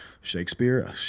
Shakespeare